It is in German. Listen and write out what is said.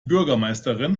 bürgermeisterin